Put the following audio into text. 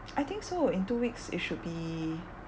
I think so in two weeks it should be